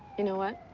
you know what?